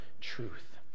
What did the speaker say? truth